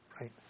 right